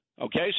Okay